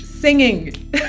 singing